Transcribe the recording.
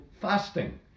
fasting